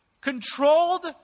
Controlled